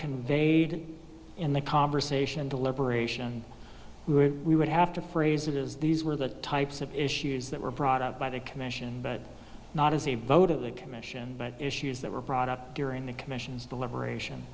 conveyed in the conversation deliberation we would have to phrase it as these were the types of issues that were brought up by the commission but not as a vote of the commission but issues that were brought up during the commission's deliberation